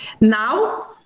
now